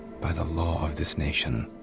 by the law of this nation,